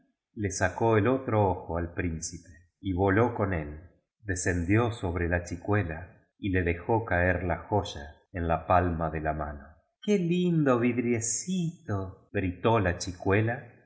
le sacó el otro ojo al principe y voló con él descendió sobre la chicuela y le dejó caer la joya en la palma de la mano qué lindo vidriecitol gritó la chicuela